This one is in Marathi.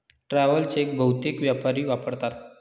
ट्रॅव्हल चेक बहुतेक व्यापारी वापरतात